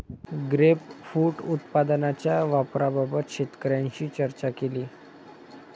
grapefruit उत्पादनाच्या वापराबाबत शेतकऱ्यांशी चर्चा केली